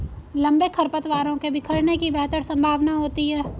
लंबे खरपतवारों के बिखरने की बेहतर संभावना होती है